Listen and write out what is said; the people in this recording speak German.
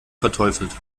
verteufelt